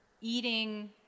eating